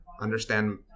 understand